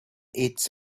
eats